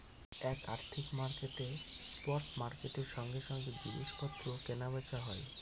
এক আর্থিক মার্কেটে স্পট মার্কেটের সঙ্গে সঙ্গে জিনিস পত্র কেনা বেচা হয়